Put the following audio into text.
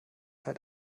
halt